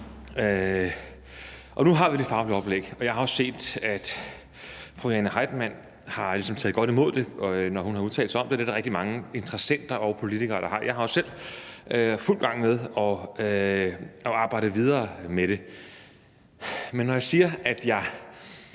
Nu har vi det faglige oplæg, og jeg har også set, at fru Jane Heitmann ligesom har taget godt imod det, når hun har udtalt sig om det, og det er der rigtig mange interessenter og politikere der har. Jeg er jo selv i fuld gang med at arbejde videre med det. Når jeg siger, at det